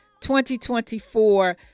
2024